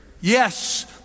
yes